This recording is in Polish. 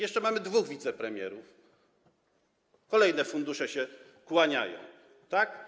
Jeszcze mamy dwóch wicepremierów, kolejne fundusze się kłaniają, tak?